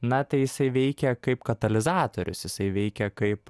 na tai jisai veikia kaip katalizatorius jisai veikia kaip